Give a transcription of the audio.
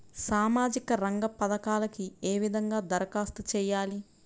సామాజిక రంగ పథకాలకీ ఏ విధంగా ధరఖాస్తు చేయాలి?